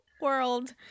world